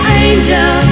angel